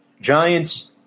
Giants